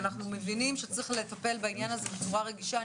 אנחנו מבינים שצריך לטפל בעניין הזה בצורה רגישה.